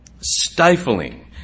Stifling